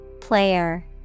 Player